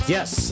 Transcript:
Yes